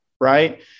right